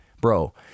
bro